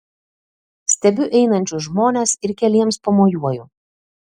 stebiu einančius žmones ir keliems pamojuoju